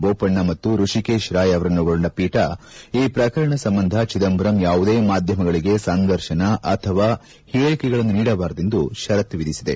ಬೋಪಣ್ಣ ಮತ್ತು ಹ್ಯಷಿಕೇಶ್ ರಾಯ್ ಅವರನ್ನೊಳಗೊಂಡ ಪೀಠ ಈ ಪ್ರಕರಣ ಸಂಬಂಧ ಚಿದಂಬರಂ ಯಾವುದೇ ಮಾಧ್ಯಮಗಳಿಗೆ ಸಂದರ್ಶನ ಮತ್ತು ಹೇಳಿಕೆಗಳನ್ನು ನೀಡಬಾರದೆಂದು ಷರತ್ತು ವಿಧಿಸಿದೆ